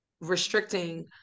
restricting